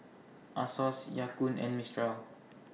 Asos Ya Kun and Mistral